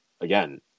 again